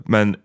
Men